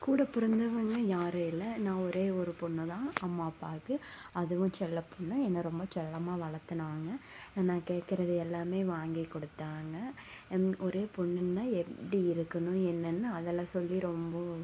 கூட பிறந்தவுங்க யாரும் இல்லை நான் ஒரே ஒரு பொண்ணு தான் அம்மா அப்பாவுக்கு அதுவும் செல்லப்பொண்ணு என்னை ரொம்ப செல்லமாக வளர்த்துனாங்க நான் கேட்குறத எல்லாமே வாங்கி கொடுத்தாங்க ஒரே பொண்ணுன்னால் எப்படி இருக்கணும் என்னன்னு அதெல்லாம் சொல்லி ரொம்ப